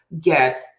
get